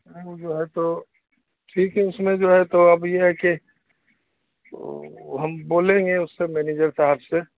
نہیں او جو ہے تو ٹھیک ہے اس میں جو ہے تو اب ای ہے کہ ہم بولیں گے اس سے مینیجر صاحب سے